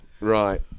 right